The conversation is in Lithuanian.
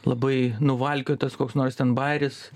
labai nuvalkiotas koks nors ten bajeris